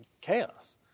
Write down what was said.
chaos